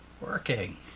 working